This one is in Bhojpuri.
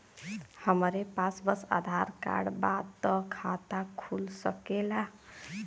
हमरे पास बस आधार कार्ड बा त खाता खुल सकेला?